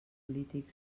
polític